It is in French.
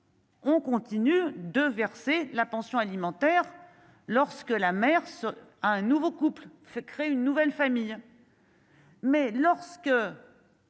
on continue de verser la pension alimentaire, lorsque la mer se a un nouveau couple se crée une nouvelle famille. Mais lorsque.